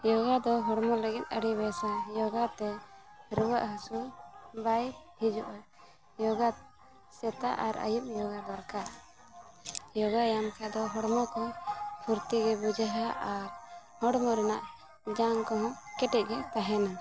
ᱡᱳᱜᱟ ᱫᱚ ᱦᱚᱲᱢᱚ ᱞᱟᱹᱜᱤᱫ ᱟᱹᱰᱤ ᱵᱮᱥᱟ ᱡᱳᱜᱟ ᱛᱮ ᱨᱩᱣᱟᱹᱜ ᱦᱟᱹᱥᱩ ᱵᱟᱭ ᱦᱤᱡᱩᱜᱼᱟ ᱡᱳᱜᱟ ᱥᱮᱛᱟᱜ ᱟᱨ ᱟᱭᱩᱵ ᱡᱳᱜᱟ ᱫᱚᱨᱠᱟᱨ ᱡᱳᱜᱟ ᱧᱟᱢ ᱠᱷᱟᱡ ᱫᱚ ᱦᱚᱲᱢᱚ ᱠᱚ ᱯᱷᱩᱨᱛᱤ ᱜᱮ ᱵᱩᱡᱷᱟᱹᱣᱟ ᱟᱨ ᱦᱚᱲᱢᱚ ᱨᱮᱱᱟᱜ ᱡᱟᱝ ᱠᱚᱦᱚᱸ ᱠᱮᱴᱮᱡᱼᱜᱮ ᱛᱟᱦᱮᱱᱟ